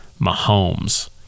Mahomes